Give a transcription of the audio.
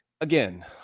again